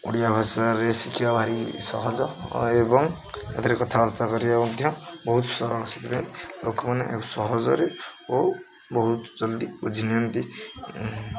ଓଡ଼ିଆ ଭାଷାରେ ଶିଖିବା ଭାରି ସହଜ ଏବଂ ଏଥିରେ କଥାବାର୍ତ୍ତା କରିବା ମଧ୍ୟ ବହୁତ ସେଥିପାଇଁ ଲୋକମାନେ ଏହା ସହଜରେ ଓ ବହୁତ ଜଲ୍ଦି ବୁଝି ନିଅନ୍ତି